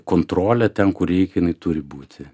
kontrolė ten kur reikia jinai turi būti